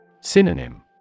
Synonym